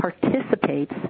participates